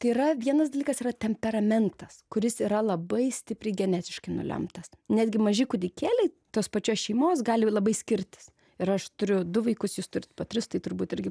tai yra vienas dalykas yra temperamentas kuris yra labai stipriai genetiškai nulemtas netgi maži kūdikėliai tos pačios šeimos gali labai skirtis ir aš turiu du vaikus jūs turit po tris tai turbūt irgi